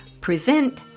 present